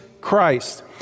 Christ